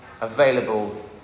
available